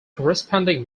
corresponding